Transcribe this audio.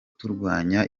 turwanya